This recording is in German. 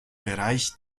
bereich